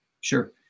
Sure